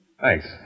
Thanks